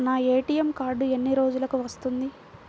నా ATM card ఎన్ని రోజులకు వస్తుంది?